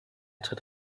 tritt